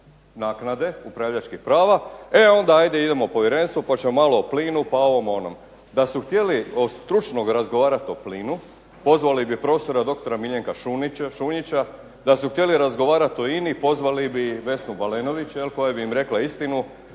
naknade upravljačkih prava, e onda ajde idemo povjerenstvo pa ćemo malo o plinu pa ovom, onom. Da su htjeli o stručnom razgovarati o plinu pozvali bi prof.dr. Miljenka Šunjića, da su htjeli razgovarati o INA-I pozvali bi Vesnu Balenović jel' koja bi im rekla istinu,